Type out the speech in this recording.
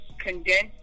Condensed